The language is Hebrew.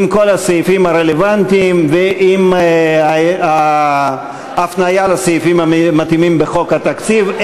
עם כל הסעיפים הרלוונטיים ועם ההפניה לסעיפים המתאימים בחוק התקציב.